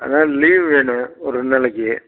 அதுதான் லீவ் வேணும் ஒரு ரெண்டு நாளைக்கு